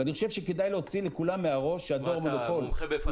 ואני חושב שכדאי להוציא לכולם מהראש שהדואר מונופול,